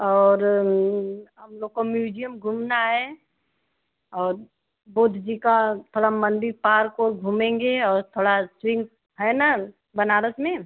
और हम लोग को म्यूजियम घूमना है और बोध जी का थोड़ा मंदिर पार्क और घूमेंगे और थोड़ा चिंग हैं ना बनारस में